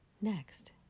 Next